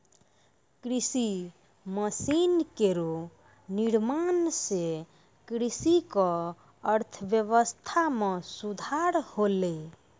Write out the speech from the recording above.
कृषि मसीन केरो निर्माण सें कृषि क अर्थव्यवस्था म सुधार होलै